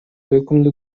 өкүмдү